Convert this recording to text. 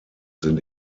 sind